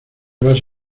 vas